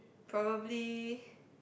probably